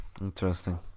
Interesting